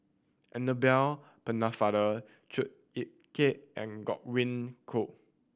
Annabel Pennefather Chua Ek Kay and Godwin Koay